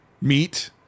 meat